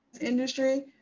industry